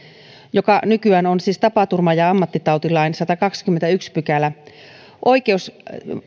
joka nykyään on siis tapaturma ja ja ammattitautilain sadaskahdeskymmenesensimmäinen pykälä nojalla oikeus